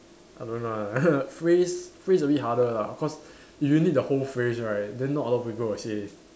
I don't know ah phrase phrase a bit harder lah cause if you need the whole phrase right then not a lot of people will say